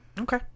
okay